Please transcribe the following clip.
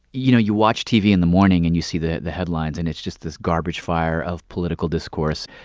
you know, you watch tv in the morning and you see the the headlines, and it's just this garbage fire of political discourse.